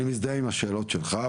אני מזדהה עם השאלות שלך,